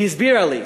היא הסבירה לי: